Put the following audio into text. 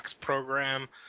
program